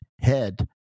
head